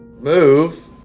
Move